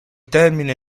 termine